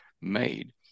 made